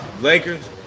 Lakers